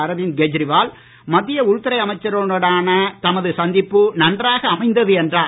அரவிந்த் கெஜ்ரிவால் மத்திய உள்துறை அமைச்சருடனான தமது சந்திப்பு நன்றாக அமைந்தது என்றார்